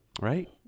right